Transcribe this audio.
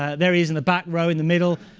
ah there he is in the back row in the middle.